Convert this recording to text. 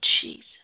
Jesus